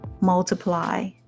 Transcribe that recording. multiply